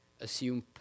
assume